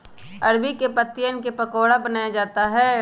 अरबी के पत्तिवन क पकोड़ा बनाया जाता है